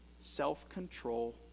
self-control